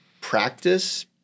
practice